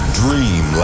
dream